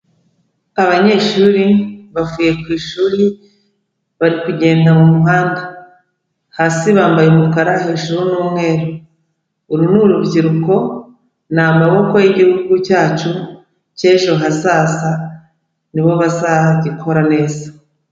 Abanyeshuri bavuye ku ishuri, bari kugenda mu muhanda. Hasi bambaye umukara hejuru ni umweru. Uru ni urubyiruko ni amaboko y'igihugu cyacu cy'ejo hazaza, ni bo bazagikora neza.